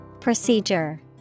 Procedure